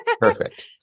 Perfect